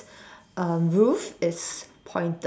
um roof is pointed